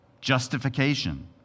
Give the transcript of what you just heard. justification